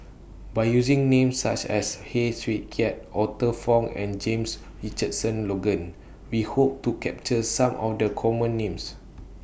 By using Names such as Heng Swee Keat Arthur Fong and James Richardson Logan We Hope to capture Some of The Common Names